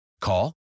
Call